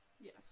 Yes